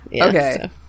Okay